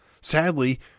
Sadly